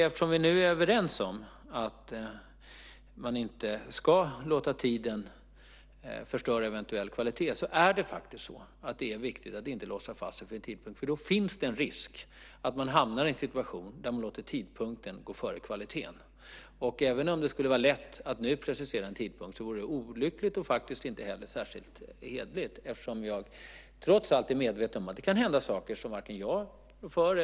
Eftersom vi nu är överens om att man inte ska låta tiden förstöra eventuell kvalitet är det faktiskt viktigt att inte låsa fast sig för en tidpunkt. Då finns det en risk att man hamnar i en situation där man låter tidpunkten gå före kvaliteten. Även om det skulle vara lätt att nu precisera en tidpunkt vore det olyckligt och faktiskt inte heller särskilt hederligt. Jag är trots allt medveten om att det kan hända saker som jag inte rår för.